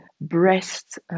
breasts